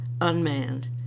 unmanned